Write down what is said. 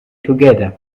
together